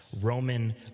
Roman